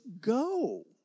go